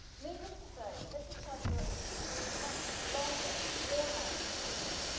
needless to say, this was part of ah this much longer drawn-out story,